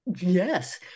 yes